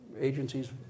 agencies